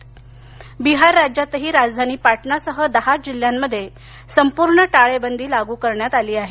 बिहार बिहार राज्यातही राजधानी पाटणासह दहा जिल्ह्यांमध्ये संपूर्ण टाळेबंदी लागू करण्यात आली आहे